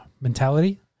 Mentality